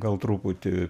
gal truputį